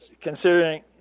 considering